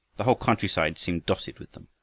the whole countryside seemed dotted with them.